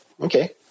Okay